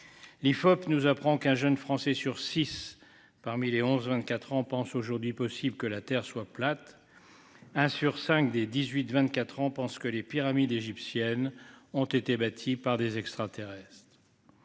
L'IFOP nous apprend qu'un jeune Français sur 6 parmi les 11 24 ans pensent aujourd'hui possible que la Terre soit plate. Un sur 5 des 18 24 ans pensent que les pyramides égyptiennes ont été bâtis par des extraterrestres.